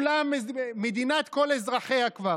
מדינת כל אזרחיה כבר.